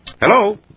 Hello